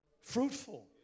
fruitful